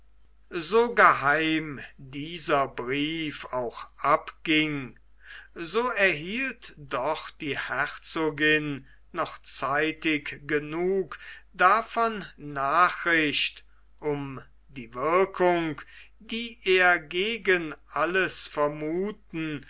so geheim dieser brief auch abging so erhielt doch die herzogin noch zeitig genug davon nachricht um die wirkung die er gegen alles vermuthen